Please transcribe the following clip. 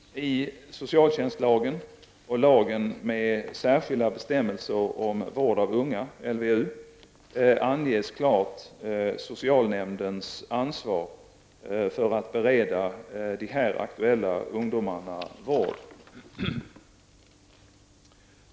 I socialtjänstlagen och lagen med särskilda bestämmelser om vård av unga, LVU, anges klart socialnämndens ansvar för att bereda de här aktuella ungdomarna vård.